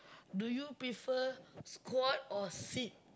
do you prefer squat or sit